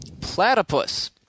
Platypus